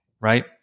right